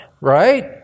right